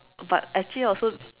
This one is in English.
but actually I also